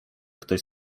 ktoś